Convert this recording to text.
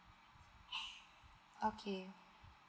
okay